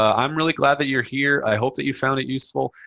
ah i'm really glad that you're here. i hope that you found it useful.